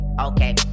okay